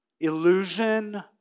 illusion